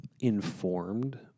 informed